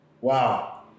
Wow